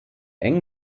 eng